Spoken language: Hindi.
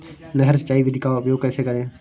नहर सिंचाई विधि का उपयोग कैसे करें?